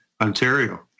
Ontario